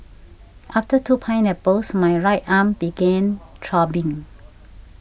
after two pineapples my right arm began throbbing